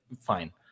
Fine